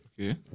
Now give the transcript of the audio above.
Okay